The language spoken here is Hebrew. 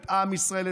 את עם ישראל,